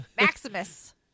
Maximus